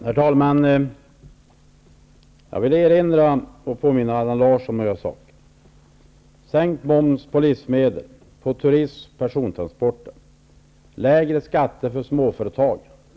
Herr talman! Jag vill påminna Allan Larsson om en sak.